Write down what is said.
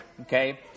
okay